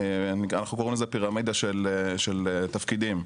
מה שאנחנו קוראים פירמידה של תפקידים,